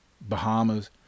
Bahamas